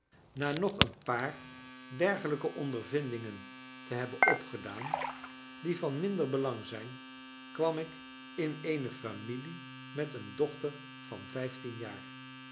na nog een paar dergelijke ondervindingen te hebben opgedaan die van minder belang zijn kwam ik in eene familie met een dochter van vijftien jaar